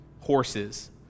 horses